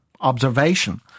observation